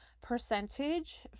percentage